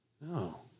No